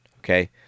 okay